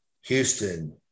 Houston